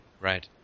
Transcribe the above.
Right